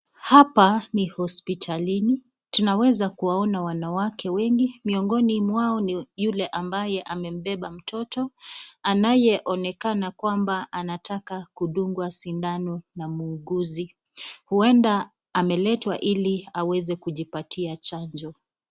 Ni hospitalini tunaweza kuwaona wanawake wengi, miongoni mwao ni yule ambaye amembeba mtoto anayeonekana kwamba anataka kudungwa sindano na muuguzi. Huenda ameletwa ili aweze kujipatia chanjo.